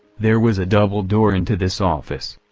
there was a double door into this office.